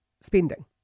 spending